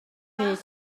hyd